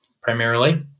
primarily